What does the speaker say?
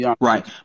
Right